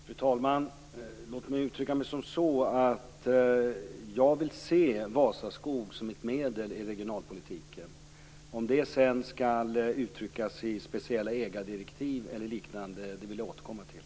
Fru talman! Låt mig uttrycka mig så att jag vill se Vasaskog som ett medel i regionalpolitiken. Om det sedan skall uttryckas i speciella ägardirektiv eller på något liknande sätt vill jag återkomma till.